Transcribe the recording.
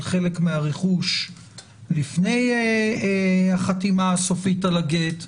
חלק מהרכוש לפני החתימה הסופית על הגט.